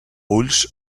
ulls